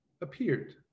appeared